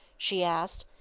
she asked.